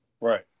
right